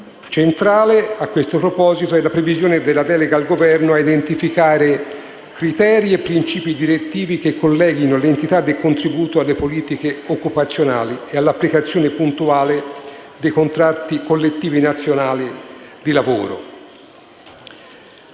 centrale la previsione della delega al Governo a identificare criteri e principi direttivi che colleghino l'entità del contributo alle politiche occupazionali e all'applicazione puntuale dei contratti collettivi nazionali di lavoro.